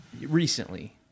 recently